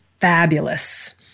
fabulous